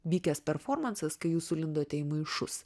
vykęs performansas kai jūs sulindote į maišus